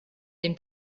den